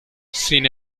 sin